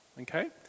okay